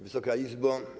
Wysoka Izbo!